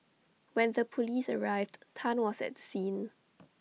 when the Police arrived Tan was at the scene